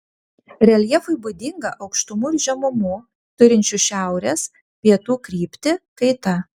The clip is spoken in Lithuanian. reljefui būdinga aukštumų ir žemumų turinčių šiaurės pietų kryptį kaita